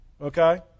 okay